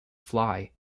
fly